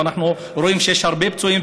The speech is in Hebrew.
ואנחנו רואים שיש הרבה פצועים,